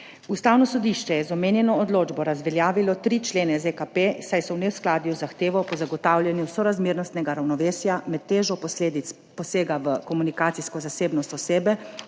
7. Ustavno sodišče je z omenjeno odločbo razveljavilo tri člene ZKP, saj so v neskladju z zahtevo po zagotavljanju sorazmernostnega ravnovesja med težo posledic posega v komunikacijsko zasebnost osebe,